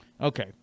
Okay